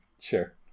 sure